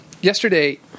Yesterday